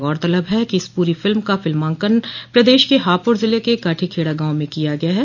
गौरतलब है कि इस पूरी फिल्म का फिल्मांकन प्रदेश के हापड़ जिले के काठीखेड़ा गांव में किया गया है